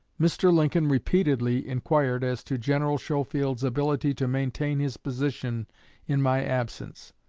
mr. lincoln repeatedly inquired as to general schofield's ability to maintain his position in my absence,